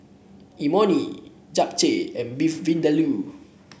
Imoni Japchae and Beef Vindaloo